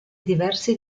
diversi